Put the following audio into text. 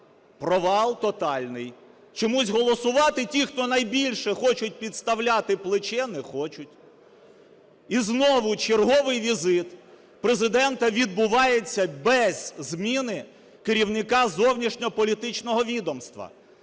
провал тотальний. Чомусь голосувати ті, хто найбільше хочуть підставляти плече, не хочуть. І знову черговий візит Президента відбувається без зміни керівника зовнішньополітичного відомства.